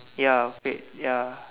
ya fad ya